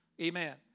Amen